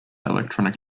electronic